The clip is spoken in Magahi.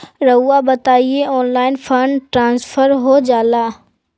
रहुआ बताइए ऑनलाइन फंड ट्रांसफर हो जाला?